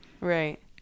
Right